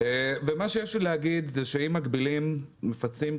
מה שיש לי להגיד הוא שאם מגבילים, מפצים.